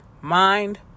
mind